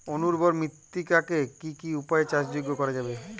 অনুর্বর মৃত্তিকাকে কি কি উপায়ে চাষযোগ্য করা যায়?